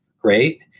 Great